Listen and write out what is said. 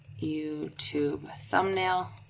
you tube thumbnail